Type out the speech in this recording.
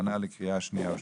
בהכנה לקריאה שנייה ושלישית.